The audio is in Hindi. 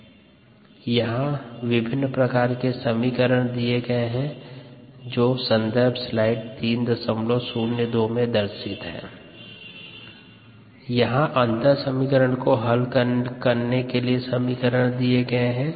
v dSdtvmSKmS इस अंतः समीकरण को हल करने पर निम्नानुसार समीकरण प्राप्त होता है